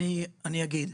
אני אשיב.